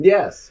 Yes